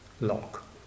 lock